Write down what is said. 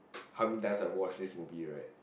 how many times I watch this movie right